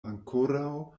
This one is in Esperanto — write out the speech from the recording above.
ankoraŭ